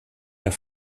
der